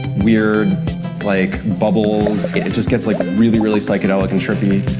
weird like bubbles, it just gets, like, really, really psychedelic and trippy.